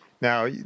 Now